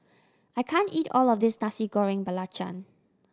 I can't eat all of this Nasi Goreng Belacan